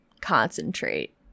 concentrate